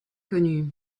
connues